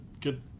good